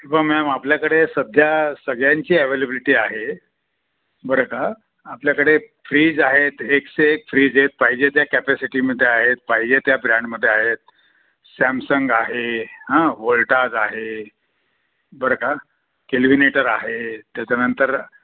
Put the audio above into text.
ब मॅम आपल्याकडे सध्या सगळ्यांची ॲवेलेबिलिटी आहे बरं का आपल्याकडे फ्रीज आहेत एकसे एक फ्रीज आहेत पाहिजे त्या कॅपॅसिटीमध्ये आहेत पाहिजे त्या ब्रँडमध्ये आहेत सॅमसंग आहे हां व्होल्टाज आहे बरं का केलविनेटर आहे त्याच्यानंतर